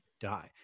die